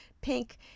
pink